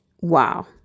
wow